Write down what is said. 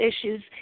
issues